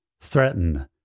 threaten